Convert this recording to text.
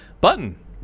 Button